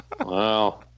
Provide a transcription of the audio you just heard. Wow